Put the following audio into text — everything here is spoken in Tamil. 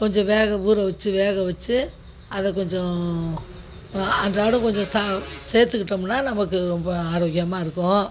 கொஞ்சம் வேக ஊறவச்சு வேக வச்சு அதை கொஞ்சம் அன்றாடய கொஞ்சம் சா சேர்த்துகிட்டோம்னா நமக்கு ரொம்ப ஆரோக்கியமாருக்கும்